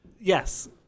yes